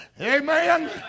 Amen